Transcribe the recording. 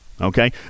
Okay